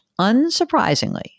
unsurprisingly